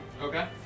Okay